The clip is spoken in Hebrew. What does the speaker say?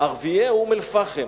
ערביי אום-אל-פחם.